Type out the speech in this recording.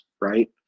right